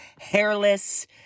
hairless